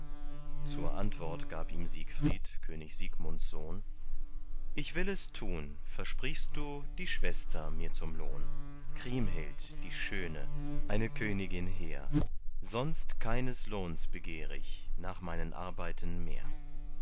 zur antwort gab ihm siegfried könig siegmunds sohn ich will es tun versprichst du die schwester mir zum lohn kriemhild die schöne eine königin hehr sonst keines lohns begehr ich nach meinen arbeiten mehr